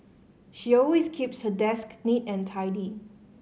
she always keeps her desk neat and tidy